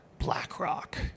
Blackrock